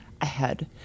ahead